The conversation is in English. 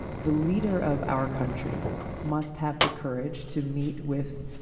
the leader of our country must have the courage to meet with